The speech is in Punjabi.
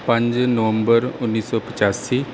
ਪੰਜ ਨਵੰਬਰ ਉੱਨੀ ਸੌ ਪੱਚਾਸੀ